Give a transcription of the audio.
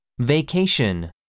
?Vacation 。